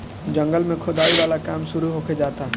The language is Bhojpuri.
जंगल में खोदाई वाला काम शुरू होखे जाता